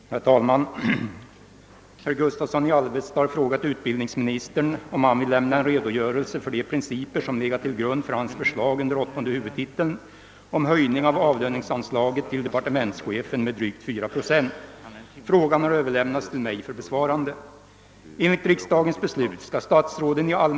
Herr talman! Herr Gustavsson i Alvesta har frågat utbildningsministern om han vill lämna en redogörelse för de principer som legat till grund för hans förslag under åttonde huvudtiteln om höjning av avlöningsanslaget till departementschefen med drygt 4 procent. Frågan har överlämnats till mig för besvarande.